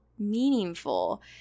Meaningful